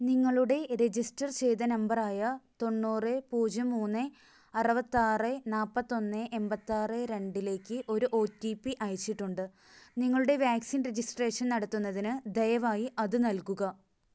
നിങ്ങളുടെ രജിസ്റ്റർ ചെയ്ത നമ്പർ ആയ തൊണ്ണൂറ് പൂജ്യം മൂന്ന് അറുപത്താറ് നാൽപ്പത്തൊന്ന് എൺപത്താറ് രണ്ടിലേക്ക് ഒരു ഒ ടി പി അയച്ചിട്ടുണ്ട് നിങ്ങളുടെ വാക്സിൻ രജിസ്ട്രേഷൻ നടത്തുന്നതിന് ദയവായി അത് നൽകുക